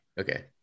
Okay